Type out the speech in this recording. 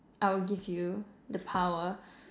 I would give you the power